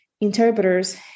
interpreters